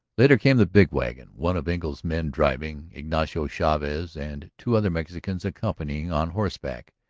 later came the big wagon, one of engle's men driving, ignacio chavez and two other mexicans accompanying on horseback.